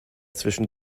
zwischen